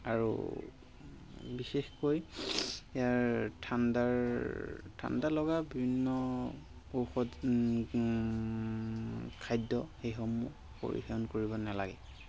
আৰু বিশেষকৈ ইয়াৰ ঠাণ্ডাৰ ঠাণ্ডা লগাৰ বিভিন্ন ঔষধ খাদ্য সেইসমূহ পৰিসেৱন কৰিব নালাগে